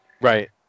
Right